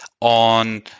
on